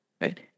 right